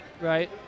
Right